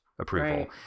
approval